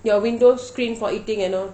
your window screen for eating you know